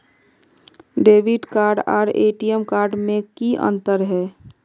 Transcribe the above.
Debit card आर ATM card में की अंतर है?